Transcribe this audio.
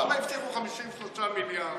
שם הבטיחו 53 מיליארד,